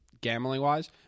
gambling-wise